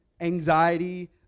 anxiety